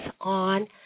on